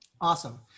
Awesome